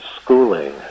schooling